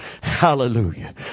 Hallelujah